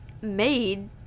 made